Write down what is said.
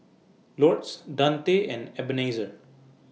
Lourdes Dante and Ebenezer